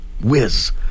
whiz